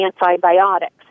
antibiotics